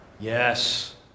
Yes